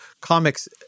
comics